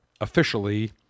officially